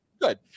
Good